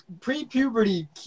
Pre-puberty